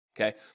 okay